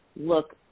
look